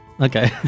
Okay